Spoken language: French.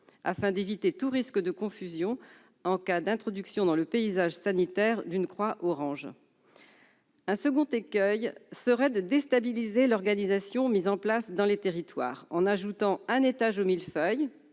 afin d'éviter tout risque de confusion en cas d'introduction dans le paysage sanitaire d'une croix orange. Un second écueil serait de déstabiliser l'organisation mise en place dans les territoires en ajoutant un étage au millefeuille-